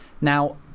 Now